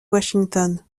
washington